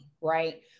right